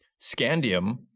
scandium